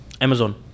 Amazon